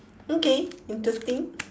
okay interesting